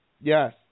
Yes